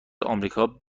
آمریکا